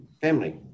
family